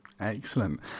excellent